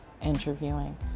interviewing